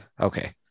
Okay